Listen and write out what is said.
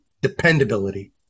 dependability